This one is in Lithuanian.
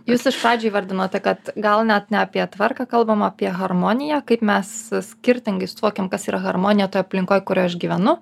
jūs iš pradžių įvardinote kad gal net ne apie tvarką kalbama apie harmoniją kaip mes skirtingai suvokiam kas yra harmonija toj aplinkoj kur aš gyvenu